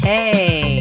Hey